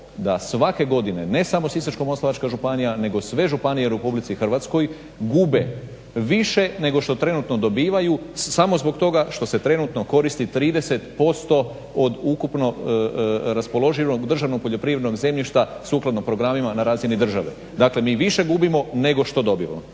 da svake godine ne samo Sisačko-moslavačka županija nego sve županije u RH gube više nego što trenutno dobivaju samo zbog toga što se trenutno koristi 30% od ukupno raspoloženo državnog poljoprivrednog zemljišta sukladno programima na razini države. Dakle mi više gubimo nego što dobivamo.